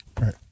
Right